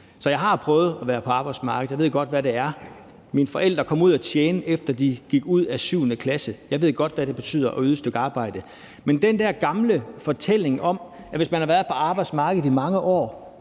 Så jeg har prøvet at være på arbejdsmarkedet, og jeg ved godt, hvad det er. Mine forældre kom ud at tjene, efter de gik ud af 7. klasse – jeg ved godt, hvad det betyder at yde et stykke arbejde. Men den der gamle fortælling om, at hvis man har været på arbejdsmarkedet i mange år,